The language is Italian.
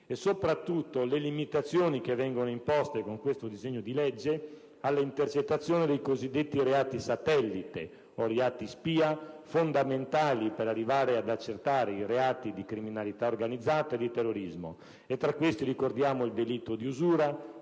e soprattutto le limitazioni imposte con questo disegno di legge alle intercettazioni dei cosiddetti reati satellite o reati spia, fondamentali per arrivare ad accertare i reati di criminalità organizzata e di terrorismo. Tra questi ricordiamo il delitto di usura,